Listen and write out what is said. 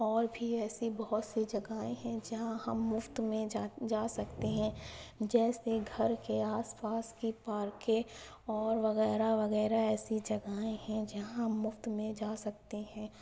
اور بھی ایسی بہت سی جگہیں ہیں جہاں ہم مفت میں جا جا سکتے ہیں جیسے گھر کے آس پاس کی پارکیں اور وغیرہ وغیرہ ایسی جگہیں ہیں جہاں ہم مفت میں جا سکتے ہیں